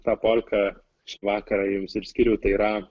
tą polką šį vakarą jums ir skiriu tai yra